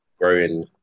growing